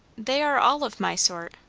they are all of my sort,